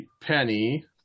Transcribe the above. Penny